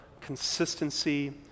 consistency